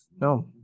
No